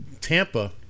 Tampa